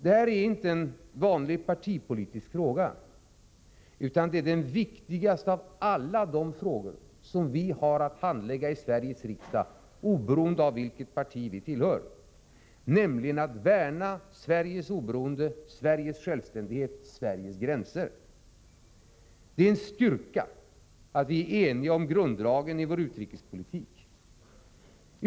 Det här är inte en vanlig partipolitisk fråga, utan den viktigaste av alla de frågor som vi har att handlägga i Sveriges riksdag oberoende av vilket parti vi tillhör, nämligen frågan om att värna Sveriges oberoende, Sveriges självständighet, Sveriges gränser. Det är en styrka att vi är eniga om grunddragen i vår utrikespolitik.